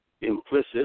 implicit